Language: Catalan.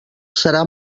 serà